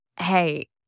hey